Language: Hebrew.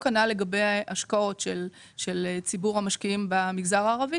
אותו כנ"ל לגבי השקעות של ציבור המשקיעים במגזר הערבי,